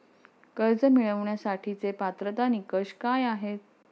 कर्ज मिळवण्यासाठीचे पात्रता निकष काय आहेत?